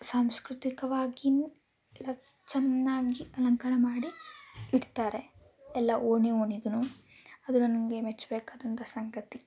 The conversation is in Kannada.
ಸಾಂಸ್ಕೃತಿಕವಾಗಿಯೂ ಚೆನ್ನಾಗಿ ಅಲಂಕಾರ ಮಾಡಿ ಇಡ್ತಾರೆ ಎಲ್ಲ ಓಣಿ ಓಣಿಗೂ ಅದು ನನಗೆ ಮೆಚ್ಚಬೇಕಾದಂಥ ಸಂಗತಿ